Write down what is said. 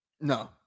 No